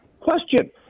Question